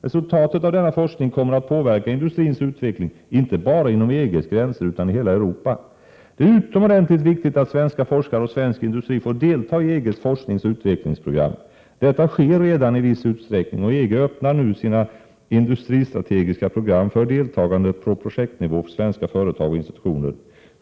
Resultatet av denna forskning kommer att påverka industrins utveckling inte bara inom EG:s gränser utan i hela Europa. Det är utomordentligt viktigt att svenska forskare och svensk industri får delta i EG:s forskningsoch utvecklingsprogram. Detta sker redan i viss utsträckning, och EG öppnar nu sina industristrategiska program för deltagande på projektnivå för svenska företag och institutioner.